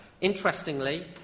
Interestingly